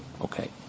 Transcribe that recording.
Okay